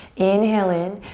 inhale in.